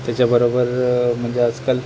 त्याच्याबरोबर म्हणजे आजकाल